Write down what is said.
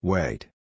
Wait